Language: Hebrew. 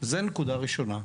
זו נקודה ראשונה.